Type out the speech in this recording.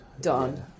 Done